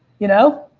you know.